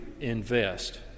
invest